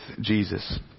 Jesus